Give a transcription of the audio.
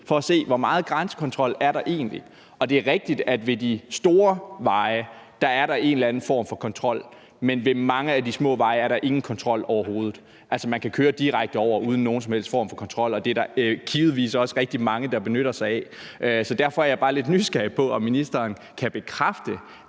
for at se, hvor meget grænsekontrol der egentlig er, og det er rigtigt, at der ved de store veje er en eller anden form for kontrol, men at der ved mange af de små veje overhovedet ingen kontrol er. Altså, man kan køre direkte over grænsen, uden at der er nogen som helst form for kontrol, og det er der givetvis også rigtig mange der benytter sig af. Så derfor er jeg bare lidt nysgerrig efter at høre, om ministeren kan bekræfte,